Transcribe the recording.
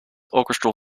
orchestral